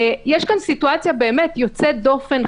יש כאן סיטואציה באמת יוצאת דופן,